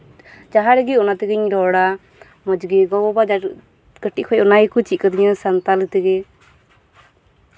ᱡᱟᱦᱟᱸ ᱨᱮᱜᱤ ᱚᱱᱟ ᱛᱮᱜᱤᱧ ᱨᱚᱲᱟ ᱢᱚᱸᱡ ᱜᱮ ᱜᱚᱼᱵᱟᱵᱟ ᱡᱟᱦᱟᱸᱛᱤᱡ ᱠᱟᱹᱴᱤᱡ ᱠᱷᱚᱡ ᱚᱱᱟ ᱜᱮᱠᱩ ᱪᱮᱫ ᱟᱠᱟᱹᱫᱤᱧᱟ ᱥᱟᱱᱛᱟᱞᱤ ᱛᱮᱜᱮ